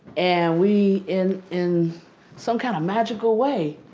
and we in in some kind of magical way,